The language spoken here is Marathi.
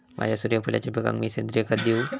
माझ्या सूर्यफुलाच्या पिकाक मी सेंद्रिय खत देवू?